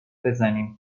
بزنیم